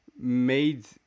made